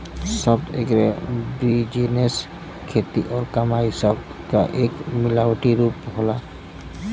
शब्द एग्रीबिजनेस खेती और कमाई शब्द क एक मिलावटी रूप होला